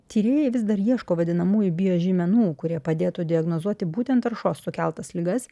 tyrėjai vis dar ieško vadinamųjų biožymenų kurie padėtų diagnozuoti būtent taršos sukeltas ligas